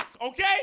okay